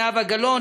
זהבה גלאון,